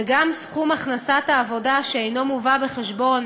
וגם סכום הכנסת העבודה שאינו מובא בחשבון